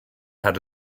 had